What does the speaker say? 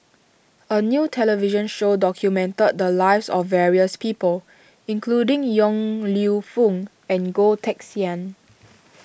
a new television show documented the lives of various people including Yong Lew Foong and Goh Teck Sian